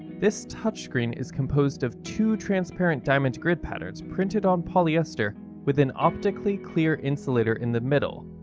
this touchscreen is composed of two transparent diamond grid patterns printed on polyester with an optically clear insulator in the middle.